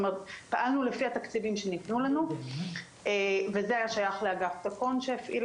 פעלנו לפי התקציבים שניתנו לנו וזה היה שייך לאגף צפון שהפעיל